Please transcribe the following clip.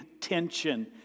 tension